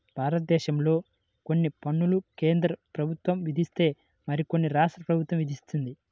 భారతదేశంలో కొన్ని పన్నులు కేంద్ర ప్రభుత్వం విధిస్తే మరికొన్ని రాష్ట్ర ప్రభుత్వం విధిస్తుంది